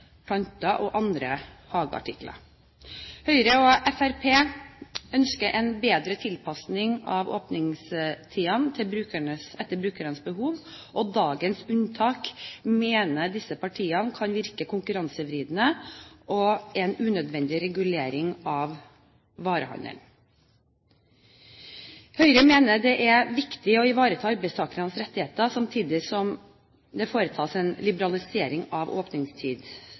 planter og andre hageartikler. Høyre og Fremskrittspartiet ønsker en bedre tilpasning av åpningstidene etter brukernes behov, og dagens unntak mener disse partiene kan virke konkurransevridende og er en unødvendig regulering av varehandelen. Høyre mener det er viktig å ivareta arbeidstakernes rettigheter, samtidig som det foretas en liberalisering av